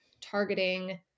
targeting